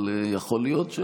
אבל יכול להיות,